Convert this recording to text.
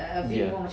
ya